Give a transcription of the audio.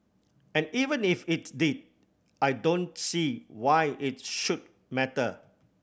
and even if it did I don't see why it should matter